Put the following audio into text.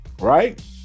right